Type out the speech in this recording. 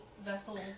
vessel